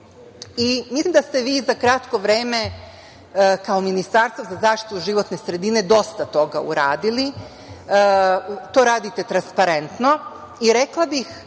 da ste vi za kratko vreme kao Ministarstvo za zaštitu životne sredine dosta toga uradili. To radite transparentno i rekla bih